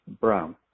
Brown